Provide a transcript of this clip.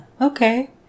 Okay